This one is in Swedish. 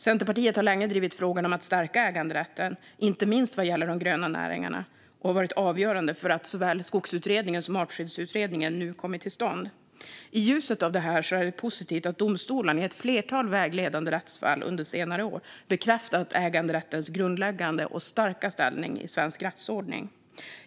Centerpartiet har länge drivit frågan om att stärka äganderätten, inte minst vad gäller de gröna näringarna, och har varit avgörande för att såväl Skogsutredningen som Artskyddsutredningen nu kommit till stånd. I ljuset av detta är det positivt att domstolar i ett flertal vägledande rättsfall under senare år bekräftat äganderättens grundläggande och starka ställning i svensk rättsordning.